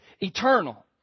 eternal